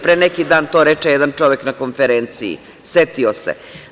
Pre neki dan to reče jedan čovek na konferenciji, setio se.